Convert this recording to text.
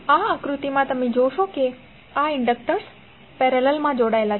આ આકૃતિમાં તમે જોશો કે આ ઇન્ડક્ટર્સ પેરેલલમા જોડાયેલા છે